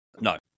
No